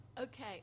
Okay